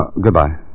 Goodbye